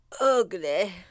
ugly